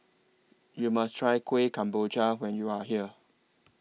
YOU must Try Kueh Kemboja when YOU Are here